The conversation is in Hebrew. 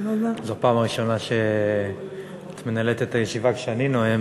זו פעם הראשונה שאת מנהלת את הישיבה כשאני נואם,